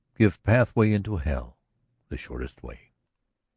give pathway into hell the shortest way.